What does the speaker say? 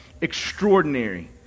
extraordinary